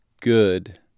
good